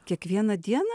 kiekvieną dieną